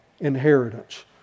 inheritance